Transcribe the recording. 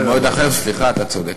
במועד אחר, סליחה, אתה צודק.